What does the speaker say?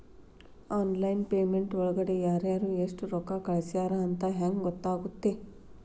Online payment ಒಳಗಡೆ ಯಾರ್ಯಾರು ಎಷ್ಟು ರೊಕ್ಕ ಕಳಿಸ್ಯಾರ ಅಂತ ಹೆಂಗ್ ಗೊತ್ತಾಗುತ್ತೆ?